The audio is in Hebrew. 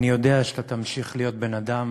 אני יודע שאתה תמשיך להיות בן-אדם